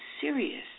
serious